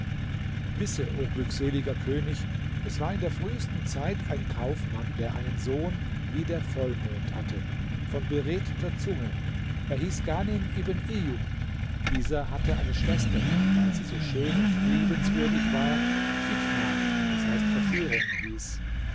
wisse o glückseliger könig es war in der frühesten zeit ein kaufmann der einen sohn wie der vollmond hatte von beredter zunge er hieß ghanem ibn ejub dieser hatte eine schwester die weil sie so schön und liebenswürdig war fitna verführung hieß